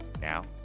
Now